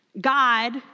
God